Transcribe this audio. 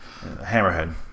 Hammerhead